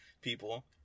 people